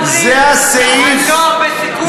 על נוער בסיכון,